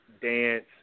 dance